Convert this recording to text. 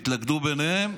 התלכדו ביניהם